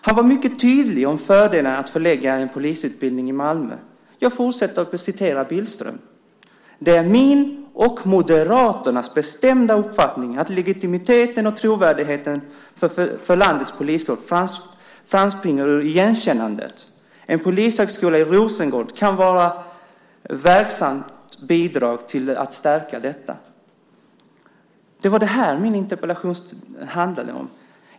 Han var mycket tydlig om fördelarna med att förlägga en polisutbildning till Malmö. Han fortsatte med att säga att det är hans och Moderaternas bestämda uppfattning att legitimiteten och trovärdigheten för landets poliskår framspringer ur igenkännandet. En polishögskola i Rosengård kan vara ett verksamt bidrag till att stärka detta. Det var detta min interpellation handlade om.